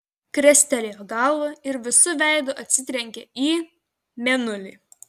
krestelėjo galvą ir visu veidu atsitrenkė į mėnulį